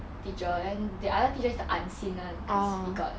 teacher then the other teacher is the unseen [one] cause we got